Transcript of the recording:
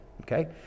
Okay